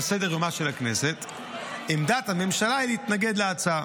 סדר-יומה של הכנסת עמדת הממשלה היא להתנגד להצעה.